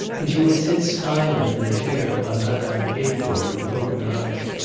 and she would sit silent in a chair while madame gaped at her with open eyes.